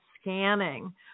scanning